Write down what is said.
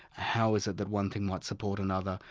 how is it that one thing might support another?